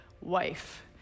wife